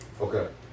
Okay